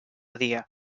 dia